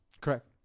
Correct